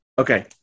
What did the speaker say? Okay